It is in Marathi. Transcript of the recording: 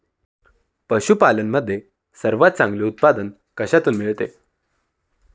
पशूपालन मध्ये सर्वात चांगले उत्पादन कशातून मिळते?